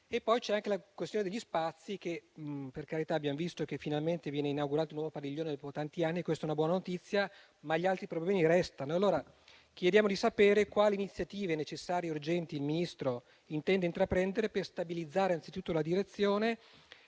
vi è anche la questione degli spazi. Per carità, abbiamo visto che finalmente viene inaugurato un nuovo padiglione dopo tanti anni. Questa è una buona notizia, ma gli altri problemi restano. Chiediamo quindi di sapere quali iniziative necessarie e urgenti il Ministro intende intraprendere per stabilizzare anzitutto la direzione